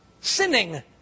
sinning